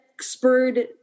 spurred